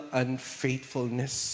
unfaithfulness